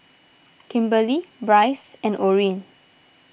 Kimberlee Brice and Orin